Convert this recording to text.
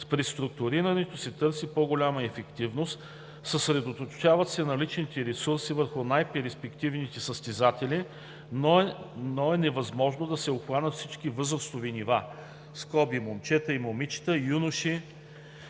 преструктурирането се търси по-голяма ефективност, съсредоточават се наличните ресурси върху най-перспективните състезатели, но е невъзможно да се обхванат всичките възрастови нива – момчета и момичета, юноши